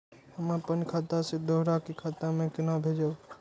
हम आपन खाता से दोहरा के खाता में केना भेजब?